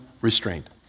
restrained